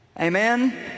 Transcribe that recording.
Amen